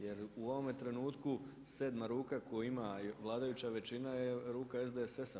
Jer u ovome trenutku sedma ruka koju ima vladajuća većina je ruka SDSS-a.